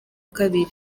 kabiri